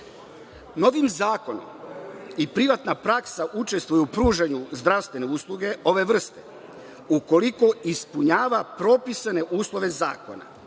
zakonom i privatna praksa učestvuje u pružanju zdravstvene usluge ove vrste, ukoliko ispunjava propisane uslove zakona.